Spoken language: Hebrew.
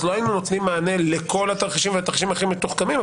אז לא היינו נותנים מענה לכל התרחישים והתרחישים הכי מתוחכמים,